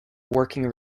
working